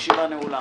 הישיבה נעולה.